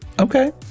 Okay